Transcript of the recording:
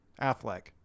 Affleck